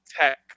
Tech